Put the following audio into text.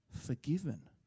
forgiven